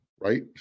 right